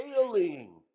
failing